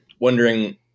wondering